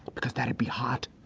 because that'd be hot.